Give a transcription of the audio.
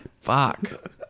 Fuck